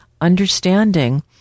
understanding